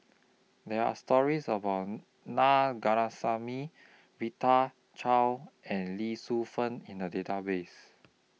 There Are stories about Na Rita Chao and Lee Shu Fen in The Database